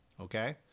okay